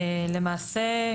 למעשה,